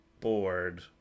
bored